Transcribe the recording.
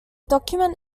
document